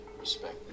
respect